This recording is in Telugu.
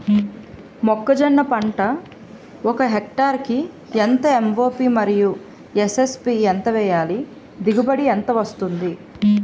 మొక్కజొన్న పంట ఒక హెక్టార్ కి ఎంత ఎం.ఓ.పి మరియు ఎస్.ఎస్.పి ఎంత వేయాలి? దిగుబడి ఎంత వస్తుంది?